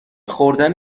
خوردن